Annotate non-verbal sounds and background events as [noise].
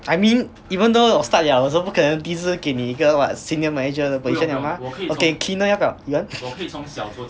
I mean even though 我 start liao 我也是不可能第一次就给你一个 what senior manager 的 position 的嘛我给你 cleaner 要不要 you want [laughs]